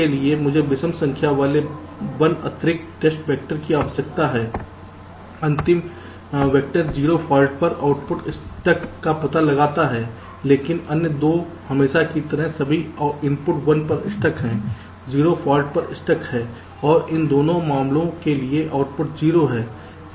इसके लिए मुझे विषम संख्या वाले 1 अतिरिक्त टेस्ट वेक्टर की आवश्यकता है अंतिम वेक्टर 0 फॉल्ट पर आउटपुट स्टक का पता लगाता है लेकिन अन्य 2 हमेशा की तरह सभी इनपुट 1 पर स्टक हैं 0 फाल्ट पर स्टक हैं और इन दोनों मामलों के लिए आउटपुट 0 है